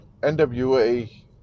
NWA